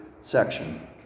section